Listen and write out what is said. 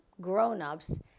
grown-ups